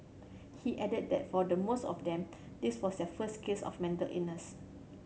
he added that for the most of them this was their first case of mental illness